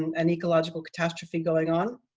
and an ecological catastrophe going on.